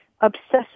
obsessive